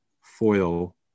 foil